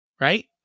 right